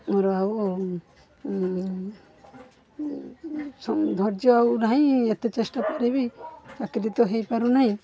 ମୋର ଆଉ ସମ୍ ଧୈର୍ଯ୍ୟ ଆଉ ନାହିଁ ଏତେ ଚେଷ୍ଟା ପରେ ବି ଚାକିରି ତ ହୋଇପାରୁନାହିଁ